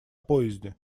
поезде